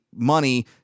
money